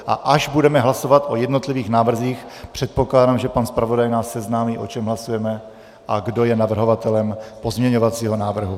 A až budeme hlasovat o jednotlivých návrzích, předpokládám, že pan zpravodaj nás seznámí, o čem hlasujeme a kdo je navrhovatelem pozměňovacího návrhu.